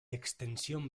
extensión